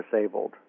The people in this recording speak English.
disabled